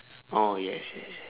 oh yes yes